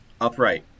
Upright